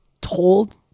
told